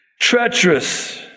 treacherous